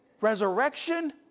Resurrection